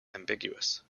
ambiguous